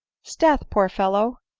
sdeath! poor fellow!